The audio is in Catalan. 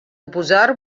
oposar